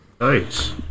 Nice